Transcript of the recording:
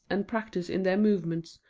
and practice in their movements,